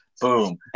boom